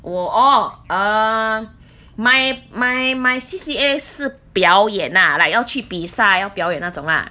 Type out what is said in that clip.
我 orh um my my my C_C_A 是表演 lah like 要去比赛要表演那种 lah